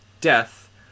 death